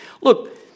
Look